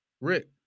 Rick